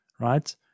right